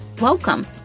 Welcome